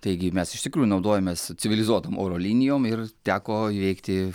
taigi mes iš tikrųjų naudojamės civilizuotom oro linijom ir teko įveikti